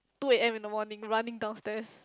two A_M in the morning running downstairs